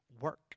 work